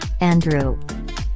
Andrew